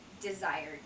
desired